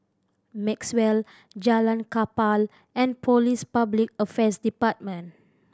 Maxwell Jalan Kapal and Police Public Affairs Department